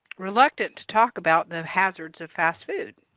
reluctant to talk about that hazards of fast food.